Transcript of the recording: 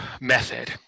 Method